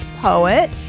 poet